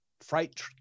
freight